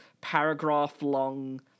paragraph-long